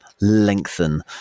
lengthen